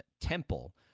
Temple